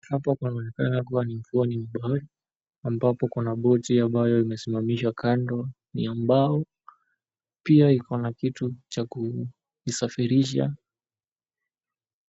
Hapa kunaonekana kuwa ni ufuoni mwa bahari, ambapo kuna boti ambayo imesimamishwa kando, ni ya mbao, pia iko na kitu cha kusafirisha